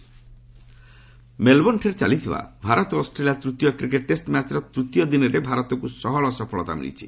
cricket ମେଲବୋର୍ଣ୍ଣଠାରେ ଚାଲିଥିବା Bharat Australia ତୃତୀୟ କ୍ରିକେଟ୍ ଟେଷ୍ଟ ମ୍ୟାଚ୍ର ତୂତୀୟ ଦିନରେ ଭାରତକୁ ସହଳ ସଫଳତା ମିଳିଛି